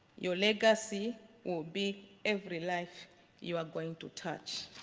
your legacy will be every life you are going to touch.